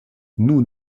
nous